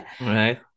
Right